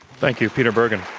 thank you, peter bergen.